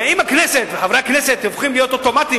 ואם הכנסת וחברי הכנסת הופכים להיות אוטומטים